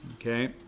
okay